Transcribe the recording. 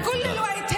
( כי כל הזמן היה כך.)